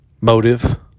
motive